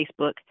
Facebook